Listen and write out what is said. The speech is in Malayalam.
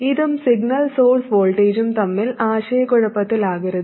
ഇതും സിഗ്നൽ സോഴ്സ് വോൾട്ടേജും തമ്മിൽ ആശയക്കുഴപ്പത്തിലാകരുത്